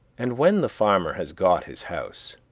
and when the farmer has got his house,